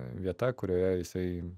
vieta kurioje jisai